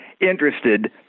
interested